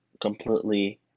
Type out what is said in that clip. completely